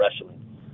wrestling